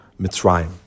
Mitzrayim